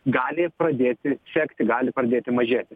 gali pradėti sekti gali pradėti mažėti